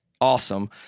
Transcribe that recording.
awesome